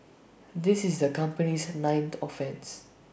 this is the company's ninth offence